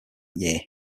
year